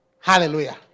hallelujah